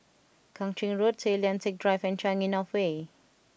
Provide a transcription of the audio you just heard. Kang Ching Road Tay Lian Teck Drive and Changi North Way